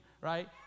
right